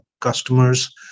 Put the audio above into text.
customers